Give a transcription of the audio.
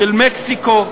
של מקסיקו,